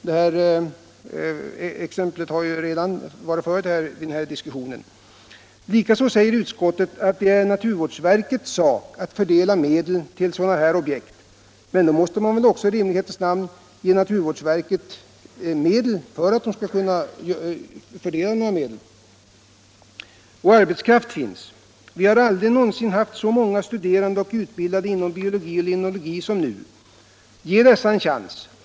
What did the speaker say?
Det exemplet har ju redan nämnts här i diskussionen. Utskottet säger också att det är naturvårdsverkets sak att fördela medel till sådana här objekt. Men då måste man väl också i rimlighetens namn ge naturvårdsverket medel att fördela. Och arbetskraft finns. Vi har aldrig någonsin haft så många studernade och utbildade inom biologi och limnologi som nu. Ge dessa en chans!